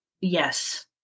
yes